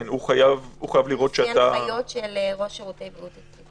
כן, לפי הנחיות של ראש שירותי בריאות הציבור.